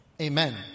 Amen